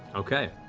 okay.